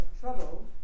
trouble